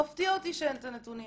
מפתיע אותי שאין את הנתונים